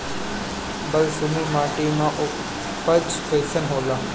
बालसुमी माटी मे उपज कईसन होला?